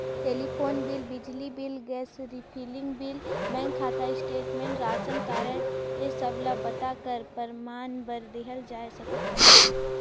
telephone bill, बिजली bill, gas refilling bill, bank खाता statement, रासन कारड ए सब ल पता कर परमान बर देहल जाए सकत अहे